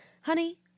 Honey